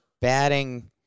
batting